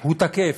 הוא תקף.